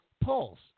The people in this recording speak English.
polls